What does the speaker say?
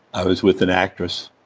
i was with an actress,